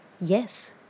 Yes